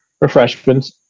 refreshments